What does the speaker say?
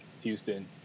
Houston